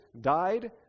died